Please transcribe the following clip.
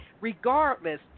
regardless